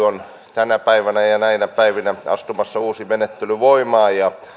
on tänä päivänä ja ja näinä päivinä astumassa uusi menettely voimaan